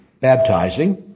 baptizing